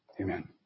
Amen